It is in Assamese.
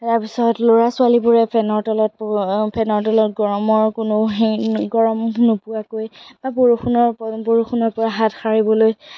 তাৰপাছত ল'ৰা ছোৱালীবোৰে ফেনৰ তলত ফেনৰ তলত গৰমৰ কোনো হেৰি গৰম নোপোৱাকৈ বা বৰষুণৰ বৰষুণৰ পৰা হাত সাৰিবলৈ